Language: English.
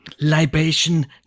Libation